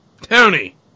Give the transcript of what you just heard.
Tony